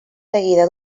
seguida